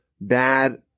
bad